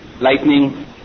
lightning